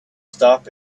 stop